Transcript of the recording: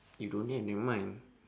if don't have nevermind